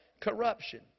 corruption